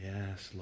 Yes